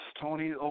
Tony